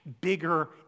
bigger